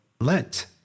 Lent